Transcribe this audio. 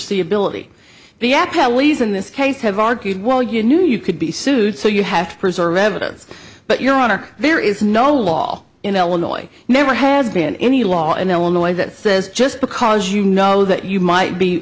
least in this case have argued well you knew you could be sued so you have to preserve evidence but your honor there is no law in illinois never has been any law in illinois that says just because you know that you might be